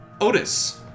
Otis